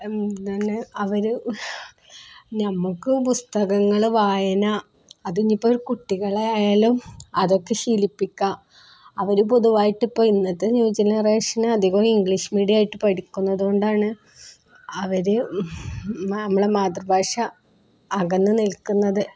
അവര് നമുക്ക് പുസ്തകങ്ങള് വായന അത് ഇനിയിപ്പോള് കുട്ടികളായാലും അതൊക്കെ ശീലിപ്പിക്കുക അവര് പൊതുവായിട്ട് ഇപ്പോള് ഇന്നത്തെ ന്യൂ ജനറേഷന് അധികവും ഇംഗ്ലീഷ് മീഡിയമായിട്ട് പഠിക്കുന്നതുകൊണ്ടാണ് അവര് നമ്മുടെ മാതൃഭാഷയില് നിന്ന് അകന്നുനിൽക്കുന്നത്